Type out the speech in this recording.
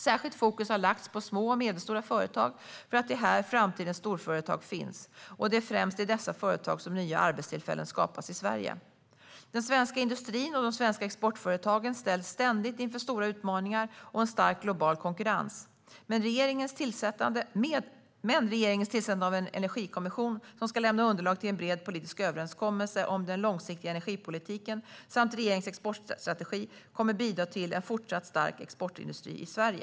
Särskilt fokus har lagts på små och medelstora företag för att det är här framtidens storföretag finns, och det är främst i dessa företag som nya arbetstillfällen skapas i Sverige. Den svenska industrin och de svenska exportföretagen ställs ständigt inför stora utmaningar och en stark global konkurrens. Men regeringens tillsättande av en energikommission som ska lämna underlag till en bred politisk överenskommelse om den långsiktiga energipolitiken samt regeringens exportstrategi kommer att bidra till en fortsatt stark exportindustri i Sverige.